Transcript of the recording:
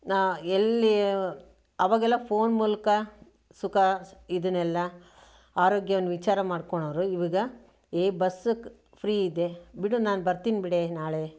ನಾ ಎಲ್ಲಿ ಅವಾಗೆಲ್ಲ ಫೋನ್ ಮೂಲಕ ಸುಖ ಇದನೆಲ್ಲ ಆರೋಗ್ಯವನ್ನು ವಿಚಾರ ಮಾಡ್ಕೊಳ್ಳೋವ್ರು ಇವಾಗ ಏ ಬಸ್ ಕ್ ಫ್ರೀ ಇದೆ ಬಿಡು ನಾನು ಬರ್ತೀನಿ ಬಿಡೆ ನಾಳೆ